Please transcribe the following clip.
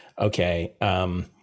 okay